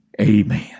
Amen